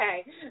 Okay